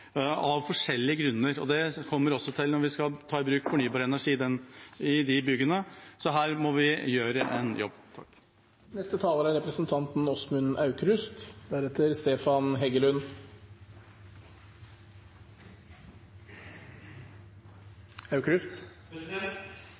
av forskjellige grunner. Det kommer vi også til når vi skal ta i bruk fornybar energi i de byggene, så her må vi gjøre en jobb.